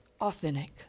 authentic